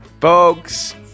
Folks